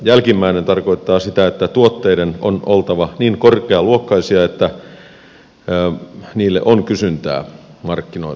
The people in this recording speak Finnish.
jälkimmäinen tarkoittaa sitä että tuotteiden on oltava niin korkealuokkaisia että niille on kysyntää markkinoilla